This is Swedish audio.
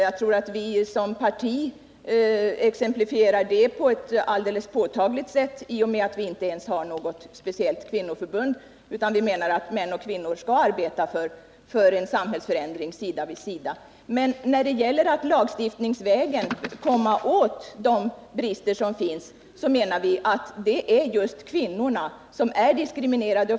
Jag tror att vpk som parti exemplifierar detta på eu alldeles påtagligt sätt i och med att vpk inte har något speciellt kvinnoförbund. Vi menar att män och kvinnor skall arbeta för en samhällsförändring sida vid sida. Men när det gäller att lagstiftningsvägen komma åt de brister som finns, menar vi att det är just kvinnorna som är diskriminerade.